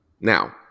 Now